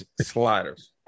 sliders